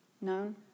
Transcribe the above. None